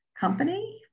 company